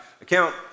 account